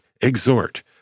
exhort